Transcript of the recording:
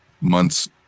months